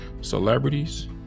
celebrities